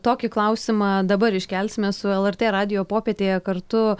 tokį klausimą dabar iškelsime su lrt radijo popietėje kartu